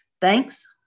Thanks